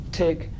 take